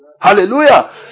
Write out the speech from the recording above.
Hallelujah